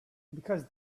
because